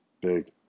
Big